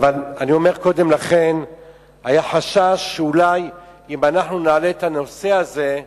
קודם לכן היה חשש שאולי אם אנחנו נעלה את הנושא הזה,